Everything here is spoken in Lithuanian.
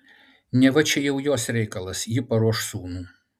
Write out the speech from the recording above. neva čia jau jos reikalas ji paruoš sūnų